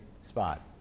spot